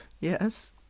Yes